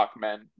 men